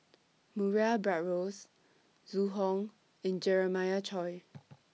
Murray Buttrose Zhu Hong and Jeremiah Choy